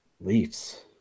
Leafs